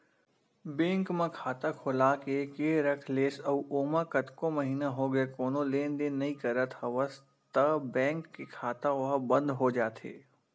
bank म खाता खोलाके के रख लेस अउ ओमा कतको महिना होगे कोनो लेन देन नइ करत हवस त बेंक के खाता ओहा बंद हो जाथे